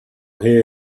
here